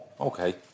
okay